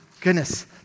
Goodness